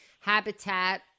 habitat